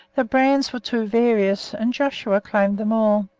the brands were too various, and joshua claimed them all.